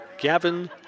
Gavin